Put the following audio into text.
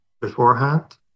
beforehand